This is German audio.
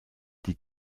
die